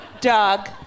Doug